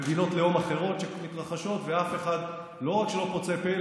במדינות לאום אחרות ואף אחד לא רק שלא פוצה פה,